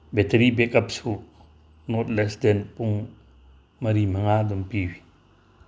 battery ꯕꯦꯛꯀꯞꯁꯨ more less than ꯄꯨꯡ ꯃꯔꯤ ꯃꯉꯥ ꯑꯗꯨꯝ ꯄꯤꯕꯤ